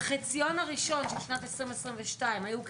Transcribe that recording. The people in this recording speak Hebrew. בחציון הראשון של שנת 2022 היו כ-96,